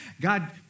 God